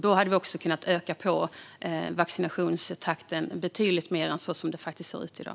Då hade vi kunnat öka vaccinationstakten betydligt mer än vad som görs i dag.